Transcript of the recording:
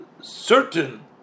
certain